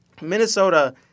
Minnesota